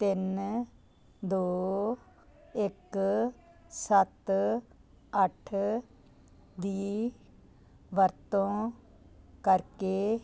ਤਿੰਨ ਦੋ ਇੱਕ ਸੱਤ ਅੱਠ ਦੀ ਵਰਤੋਂ ਕਰਕੇ